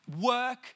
work